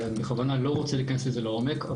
ואני בכוונה לא רוצה להיכנס לזה לעומק.